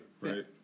right